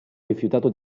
rifiutato